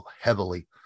heavily